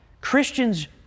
Christians